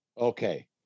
okay